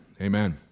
Amen